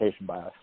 bias